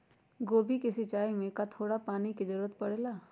गोभी के सिचाई में का थोड़ा थोड़ा पानी के जरूरत परे ला?